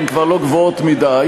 הן כבר לא גבוהות מדי.